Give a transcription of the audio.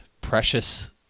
precious